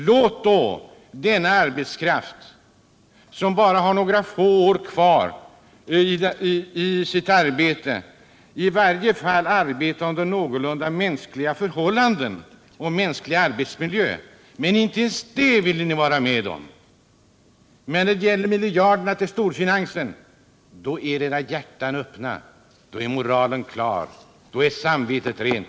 Låt denna arbetskraft, som bara har några få år kvar i sitt arbete, i varje fall arbeta under någorlunda mänskliga förhållanden och i mänsklig arbetsmiljö! Inte ens det vill ni vara med om. Men när det gäller miljarderna till storfinansen är era hjärtan öppna, då är moralen klar och då är samvetet rent.